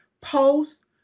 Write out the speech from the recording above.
post